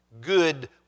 good